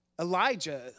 Elijah